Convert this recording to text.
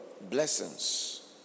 blessings